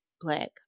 black